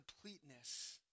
completeness